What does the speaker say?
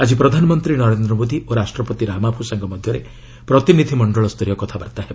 ଆକି ପ୍ରଧାନମନ୍ତ୍ରୀ ନରେନ୍ଦ୍ର ମୋଦି ଓ ରାଷ୍ଟ୍ରପତି ରାମଫୋସାଙ୍କ ମଧ୍ୟରେ ପ୍ରତିନିଧି ମଣ୍ଡଳ ସ୍ତରୀୟ କଥାବାର୍ତ୍ତା ହେବ